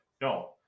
No